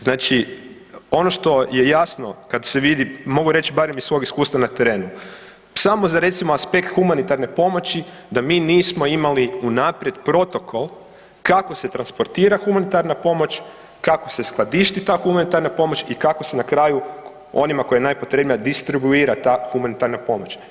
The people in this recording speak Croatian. Znači ono što je jasno kada se vidi mogu reći barem iz svog iskustva na terenu, samo za recimo aspekt humanitarne pomoći da mi nismo imali unaprijed protokol kako se transportira humanitarna pomoć, kako se skladišti ta humanitarna pomoć i kako se na kraju onima kojima je najpotrebnija distribuira ta humanitarna pomoć.